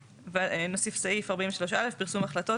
נוסיף סעיף 43(א) פרסום החלטות.